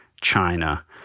China